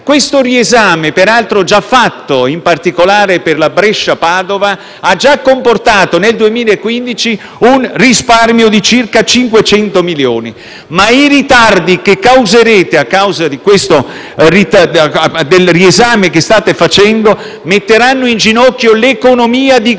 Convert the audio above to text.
Questo riesame, peraltro già fatto in particolare per la Brescia-Padova, ha già comportato nel 2015 un risparmio di circa 500 milioni di euro. I ritardi che però determinerete a causa del riesame che state facendo metteranno in ginocchio l'economia di gran